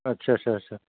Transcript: आच्चा चा चा